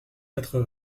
quatre